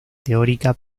teórica